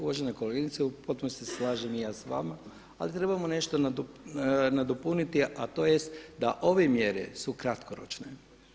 Uvažena kolegice u potpunosti se slažem i ja s vama ali trebamo nešto nadopuniti a to je da ove mjere su kratkoročne.